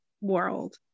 world